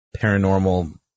paranormal